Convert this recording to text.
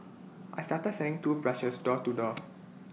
I started selling toothbrushes door to door